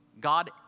God